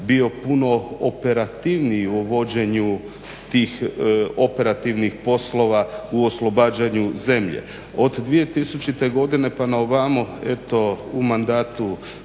bio puno operativniji u vođenju tih operativnih poslova u oslobađanju zemlje. Od 2000. godine pa na ovamo eto u mandatu